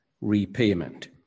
repayment